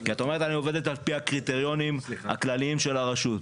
כי את אומרת אני עובדת על פי הקריטריונים הכללים של הרשות,